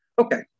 Okay